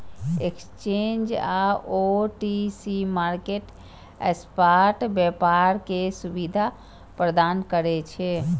exchange आ OTC market spot व्यापार के सुविधा प्रदान करै छै